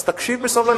אז תקשיב בסבלנות.